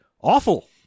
awful